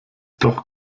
doch